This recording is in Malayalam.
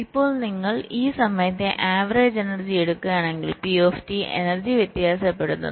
ഇപ്പോൾ നിങ്ങൾ ഈ സമയത്തെ ആവറേജ് എനർജി എടുക്കുകയാണെങ്കിൽ P എനർജി വ്യത്യാസപ്പെടുന്നു